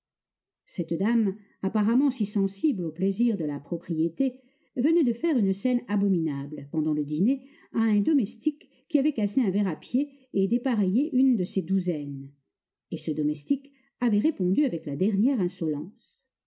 cette dame apparemment si sensible au plaisir de la propriété venait de faire une scène abominable pendant le dîner à un domestique qui avait cassé un verre à pied et dépareillé une de ses douzaines et ce domestique avait répondu avec la dernière insolence